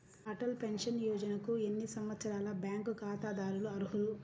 Atal pension యోజనకు ఎన్ని సంవత్సరాల బ్యాంక్ ఖాతాదారులు అర్హులు?